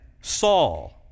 Saul